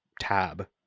tab